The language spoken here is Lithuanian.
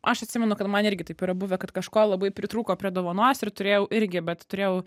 aš atsimenu kad man irgi taip yra buvę kad kažko labai pritrūko prie dovanos ir turėjau irgi bet turėjau